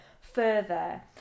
further